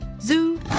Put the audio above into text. Zoo